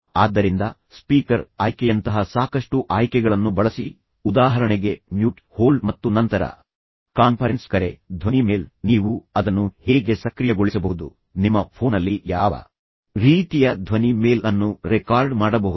ಆದ್ದರಿಂದ ಸ್ಪೀಕರ್ ಆಯ್ಕೆಯಂತಹ ಸಾಕಷ್ಟು ಆಯ್ಕೆಗಳನ್ನು ಬಳಸಿ ಉದಾಹರಣೆಗೆ ಮ್ಯೂಟ್ ಹೋಲ್ಡ್ ಮತ್ತು ನಂತರ ಕಾನ್ಫರೆನ್ಸ್ ಕರೆ ಮತ್ತು ಹೀಗೆ ಮತ್ತು ನಂತರ ಧ್ವನಿ ಮೇಲ್ ನೀವು ಅದನ್ನು ಹೇಗೆ ಸಕ್ರಿಯಗೊಳಿಸಬಹುದು ನಿಮ್ಮ ಫೋನ್ನಲ್ಲಿ ಯಾವ ರೀತಿಯ ಧ್ವನಿ ಮೇಲ್ ಅನ್ನು ರೆಕಾರ್ಡ್ ಮಾಡಬಹುದು